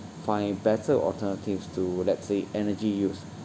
find better alternatives to let's say energy use